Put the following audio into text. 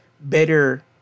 better